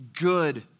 good